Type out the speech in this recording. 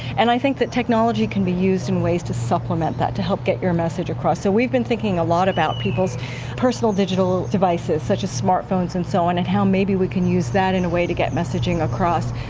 and i think that technology can be used in ways to supplement that, to help get your message across. so we've been thinking a lot about people's personal digital devices, such as smart phones and so on and how maybe we can use that in a way to get messaging across.